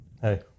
Hey